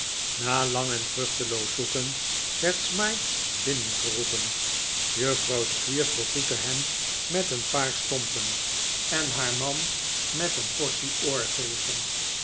na lang en vruchteloos zoeken werd smike binnengeroepen juffrouw squeers begroette hem met een paar stompen en haar man met een